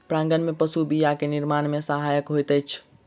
परागन में पशु बीया के निर्माण में सहायक होइत अछि